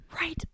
Right